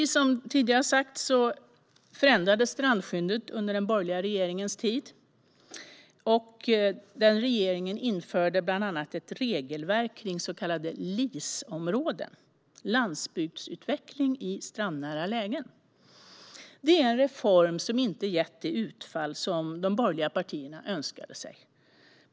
Som jag tidigare sagt förändrades strandskyddet under den borgliga regeringens tid. Den regeringen införde bland annat ett regelverk kring så kallade LIS-områden, landsbygdsutveckling i strandnära lägen. Det är en reform som inte gett det utfall som de borgerliga partierna önskade sig.